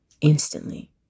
instantly